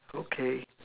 okay